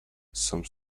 some